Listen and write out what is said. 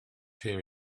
here